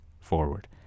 forward